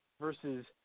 versus